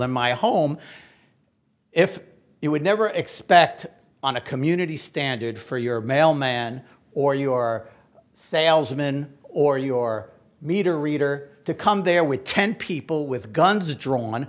in my home if you would never expect on a community standard for your mailman or your salesman or your meter reader to come there with ten people with guns drawn